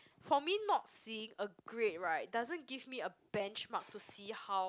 for me not seeing a grade right doesn't give me a benchmark to see how